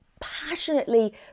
passionately